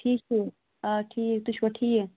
ٹھیٖک چھُو آ ٹھیٖک تُہۍ چھُوا ٹھیٖک